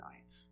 night